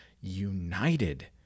united